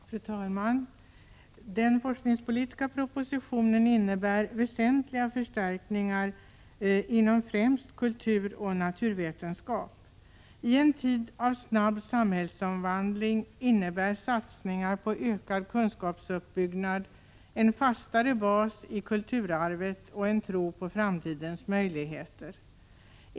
Fru talman! Den forskningspolitiska propositionen innebär väsentliga förstärkningar inom främst kulturoch naturvetenskap. I en tid av snabb 79 samhällsomvandling innebär satsningar på ökad kunskapsuppbyggnad en fastare bas för kulturarvet och en tro på framtidens möjligheter.